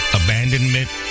abandonment